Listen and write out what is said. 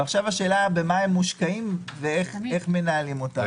ועכשיו השאלה היא במה הם מושקעים ואיך מנהלים אותם.